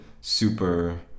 super